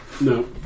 No